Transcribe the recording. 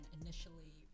initially